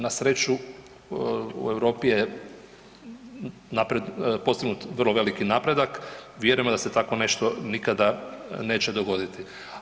Na sreću u Europi je postignut vrlo veliki napredak, vjerujemo da se takvo nešto nikada neće dogoditi.